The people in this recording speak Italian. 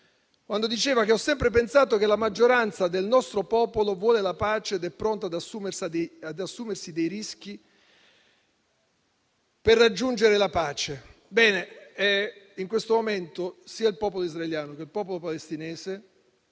quando diceva: «Ho sempre pensato che la maggioranza del nostro popolo vuole la pace ed è pronta ad assumersi dei rischi in nome della pace». Ebbene, in questo momento sia il popolo israeliano che il popolo palestinese